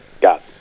Got